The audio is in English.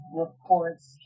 reports